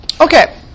Okay